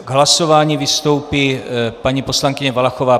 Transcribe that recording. K hlasování vystoupí paní poslankyně Valachová.